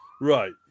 Right